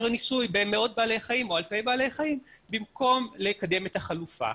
ניסוי במאות בעלי חיים או אלפי בעלי חיים במקום לקדם את החלופה.